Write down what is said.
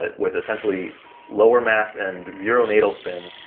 ah with essentially lower mass and zero natal spin,